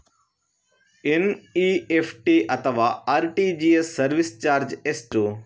NEFT ಅಥವಾ RTGS service charge ಎಷ್ಟು?